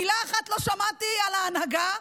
מילה אחת לא שמעתי על ההנהגה,